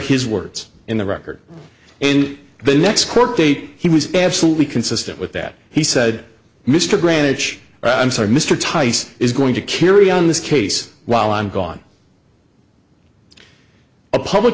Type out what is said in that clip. his words in the record and the next court date he was absolutely consistent with that he said mr granted i'm sorry mr tice is going to carry on this case while i'm gone a public